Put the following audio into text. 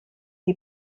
die